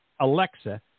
Alexa